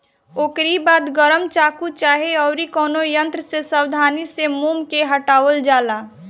ओकरी बाद गरम चाकू चाहे अउरी कवनो यंत्र से सावधानी से मोम के हटावल जाला